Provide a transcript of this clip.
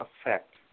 effect